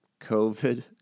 COVID